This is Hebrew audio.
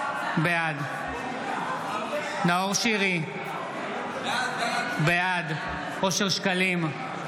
בעד נאור שירי, בעד אושר שקלים,